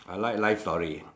I like life story